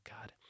God